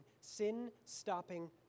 sin-stopping